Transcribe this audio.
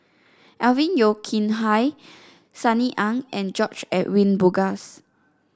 Alvin Yeo Khirn Hai Sunny Ang and George Edwin Bogaars